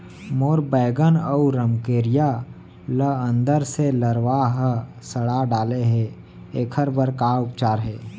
मोर बैगन अऊ रमकेरिया ल अंदर से लरवा ह सड़ा डाले हे, एखर बर का उपचार हे?